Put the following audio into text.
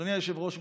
אדוני היושב-ראש,